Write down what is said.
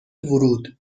ورود